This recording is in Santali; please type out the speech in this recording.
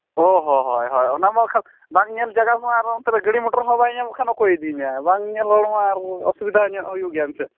ᱚ ᱦᱚᱸ ᱦᱚᱸ ᱦᱳᱭ ᱦᱳᱭ ᱚᱱᱟᱢᱟ ᱵᱟᱠᱷᱟᱡ ᱵᱟᱝ ᱧᱮᱞ ᱡᱟᱜᱟ ᱢᱟ ᱟᱨᱚ ᱚᱱᱛᱮᱨᱮ ᱜᱟᱹᱰᱤ ᱢᱚᱴᱚᱨ ᱦᱚᱸ ᱵᱟᱭ ᱧᱟᱢᱚᱜ ᱠᱷᱟᱱ ᱚᱠᱚᱭ ᱤᱫᱤᱢᱮᱭᱟ ᱵᱟᱝ ᱧᱮᱞ ᱦᱚᱲᱢᱟ ᱚᱥᱩᱵᱤᱫᱟ ᱧᱚᱜ ᱦᱩᱭᱩᱜ ᱜᱮᱭᱟ ᱮᱱᱛᱮᱫ